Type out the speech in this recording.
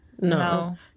No